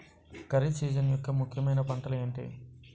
Kharif season యెక్క ముఖ్యమైన పంటలు ఏమిటీ?